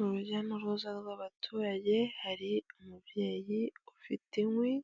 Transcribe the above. Urujya n'uruza rw'abaturage, hari umubyeyi ufite inkwi